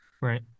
Right